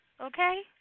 Okay